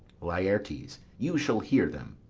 laertes, you shall hear them.